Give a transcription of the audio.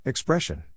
Expression